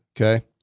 Okay